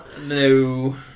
no